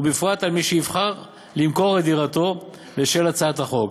ובפרט על מי שיבחר למכור את דירתו בשל הצעת החוק.